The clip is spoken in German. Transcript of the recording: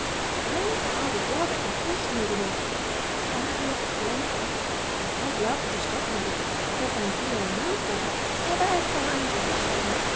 eines tages lag etwas dicht neben ihr was herrlich glänzte und da glaubte die stopfnadel daß es ein diamant sei aber es war ein glasscherben